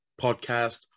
podcast